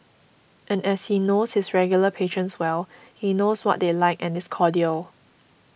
and as he knows his regular patrons well he knows what they like and is cordial